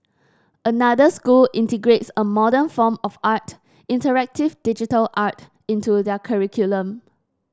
another school integrates a modern form of art interactive digital art into their curriculum